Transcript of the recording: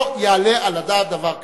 לא יעלה על הדעת דבר כזה.